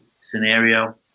scenario